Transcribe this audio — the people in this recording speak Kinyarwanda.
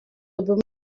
obama